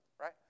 right